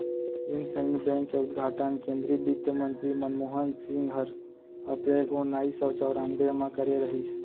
IndusInd bank के उद्घाटन केन्द्रीय बित्तमंतरी मनमोहन सिंह हर अपरेल ओनाइस सौ चैरानबे म करे रहिस